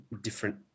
different